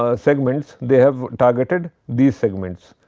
ah segments they have targeted these segments,